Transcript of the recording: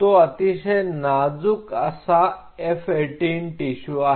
तो अतिशय नाजूक असा F18 टिशू आहे